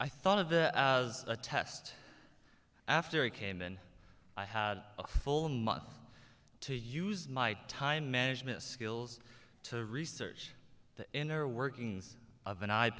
i thought of the as a test after it came and i had a full month to use my time management skills to research the inner workings of an i